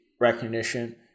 recognition